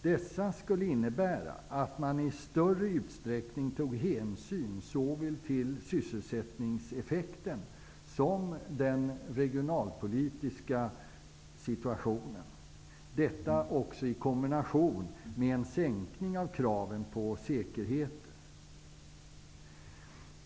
Dessa skulle innebära att man i större utsträckning tog hänsyn såväl till sysselsättningseffekten som till den regionalpolitiska situationen -- detta i kombination med en sänkning av kraven på säkerheter.